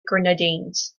grenadines